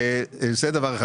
זה דבר אחד.